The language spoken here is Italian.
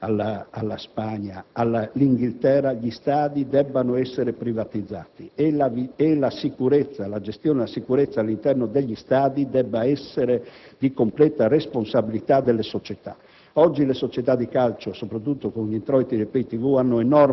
come ormai sta avvenendo in tutti i Paesi occidentali (dall'Olanda alla Spagna all'Inghilterra), gli stadi debbano essere privatizzati e la gestione della sicurezza all'interno degli stadi debba essere di completa responsabilità delle società.